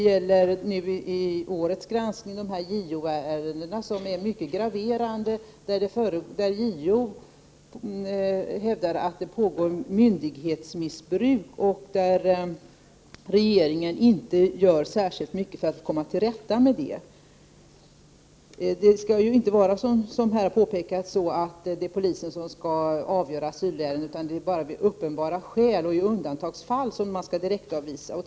Vid årets granskning har vi funnit JO-ärendena mycket graverande. JO hävdar ju att det pågår ett myndighetsmissbruk som regeringen inte gör särskilt mycket för att komma till rätta med. Som här har påpekats, är det inte polisen som skall avgöra asylärendena, utan det är bara då uppenbarligen flyktingskäl saknas och i undantagsfall som polisen kan direktavvisa.